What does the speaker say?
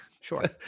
Sure